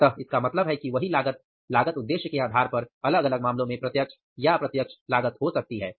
अतः इसका मतलब है कि वही लागत लागत उद्देश्य के आधार पर अलग अलग मामलों में प्रत्यक्ष या अप्रत्यक्ष लागत हो सकती है